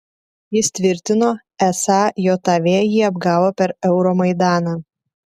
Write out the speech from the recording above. jis tvirtino esą jav jį apgavo per euromaidaną